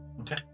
Okay